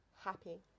happy